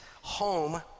home